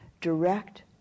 direct